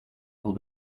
will